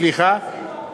הם הציעו 4%. סליחה?